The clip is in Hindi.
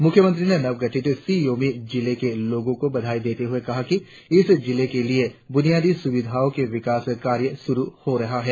मुख्यमंत्री ने नव गठित शि योमी जिले के लोगो को बधाई देते कहा कि इस जिले के लिए बुनियादी सुविधाओ के विकास कार्य शुरु हो रहा है